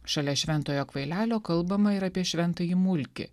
šalia šventojo kvailelio kalbama ir apie šventąjį mulkį